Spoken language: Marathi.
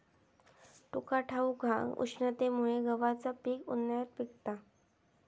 तुका ठाऊक हा, उष्णतेमुळे गव्हाचा पीक उन्हाळ्यात पिकता